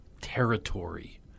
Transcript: territory